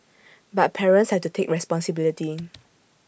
but parents have to take responsibility